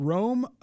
Rome